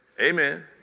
Amen